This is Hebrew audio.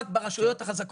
נכון, זה ברור.